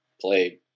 play